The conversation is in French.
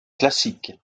classique